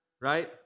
right